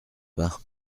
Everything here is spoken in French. pas